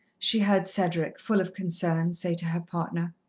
she heard cedric, full of concern, say to her partner.